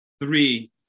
Three